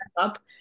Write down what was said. up